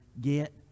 get